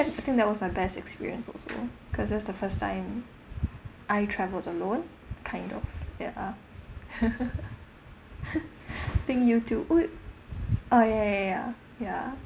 I think that was my best experience also because that's the first time I travelled alone kind of ya I think you too oh ya ya ya ya ya ya